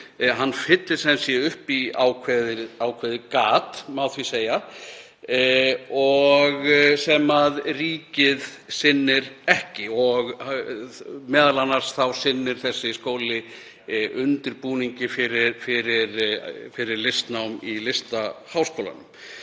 Hann fyllir sem sé upp í ákveðið gat, má segja, sem ríkið sinnir ekki. Meðal annars sinnir þessi skóli undirbúningi fyrir listnám í Listaháskólanum.